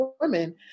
women